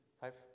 Five